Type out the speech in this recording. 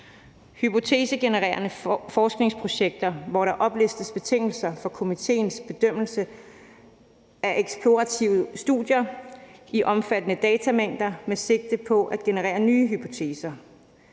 hypotesegenererende forskningsprojekter, hvor der oplistes betingelser for komitéens bedømmelse af eksplorative studier i omfattende datamængder med sigte på at generere nye hypoteser;